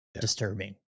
disturbing